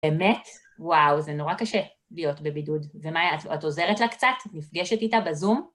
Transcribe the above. באמת? וואו, זה נורא קשה להיות בבידוד. ומאיה, את עוזרת לה קצת? נפגשת איתה בזום?